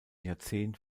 jahrzehnt